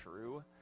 true